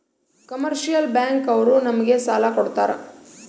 commercial bank ಅವ್ರು ನಮ್ಗೆ ಸಾಲ ಕೊಡ್ತಾರ